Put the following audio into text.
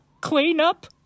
clean-up